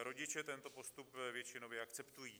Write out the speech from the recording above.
Rodiče tento postup většinově akceptují.